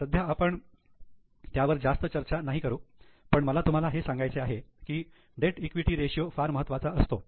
सध्या आपण पण त्यावर जास्त चर्चा नाही करू पण मला तुम्हाला हे सांगायचे आहे की डेट इक्विटी रेषीयो फार महत्त्वाचा असतो